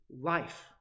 life